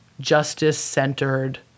justice-centered